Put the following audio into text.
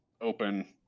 open